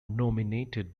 nominated